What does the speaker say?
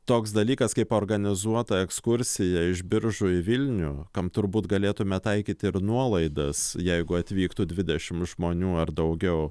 toks dalykas kaip organizuota ekskursija iš biržų į vilnių kam turbūt galėtume taikyti ir nuolaidas jeigu atvyktų dvidešim žmonių ar daugiau